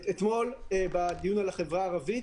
אתמול בדיון על החברה הערבית